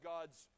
God's